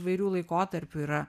įvairių laikotarpių yra